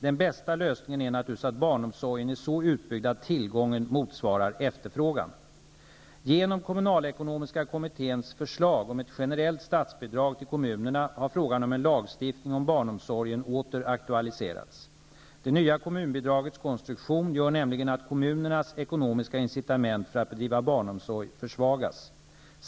Den bästa lösningen är naturligtvis att barnomsorgen är så utbyggd att tillgången motsvarar efterfrågan. Genom kommunalekonomiska kommitténs förslag om ett generellt statsbidrag till kommunerna har frågan om en lagstiftning om barnomsorgen åter aktualiserats. Det nya kommunbidragets konstruktion gör nämligen att kommunernas ekonomiska incitament för att bedriva barnomsorg försvagas.